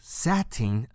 setting